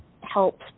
help